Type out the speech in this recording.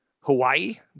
Hawaii